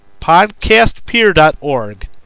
podcastpeer.org